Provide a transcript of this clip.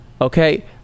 okay